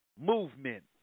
movement